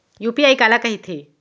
UPI काला कहिथे?